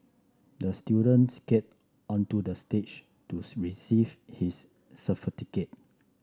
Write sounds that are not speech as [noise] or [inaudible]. the student skated onto the stage to [unintelligible] receive his certificate